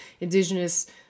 indigenous